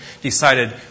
decided